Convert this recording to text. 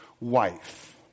wife